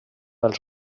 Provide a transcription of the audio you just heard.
els